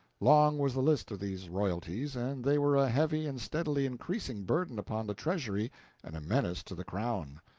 long was the list of these royalties, and they were a heavy and steadily increasing burden upon the treasury and a menace to the crown.